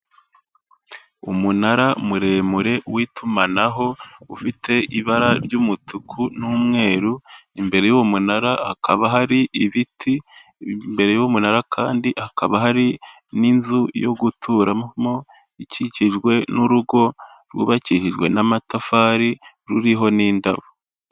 Umunara muremure w'itumanaho ufite ibara ry'umutuku n'umweru, imbere y'uwo munara hakaba hari ibiti, imbere y'uwo munara kandi hakaba hari n'inzu yo guturamo ikikijwe n' urugo rwubakishijwe n'amatafari ruriho n'indabo.